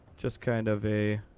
just kind of a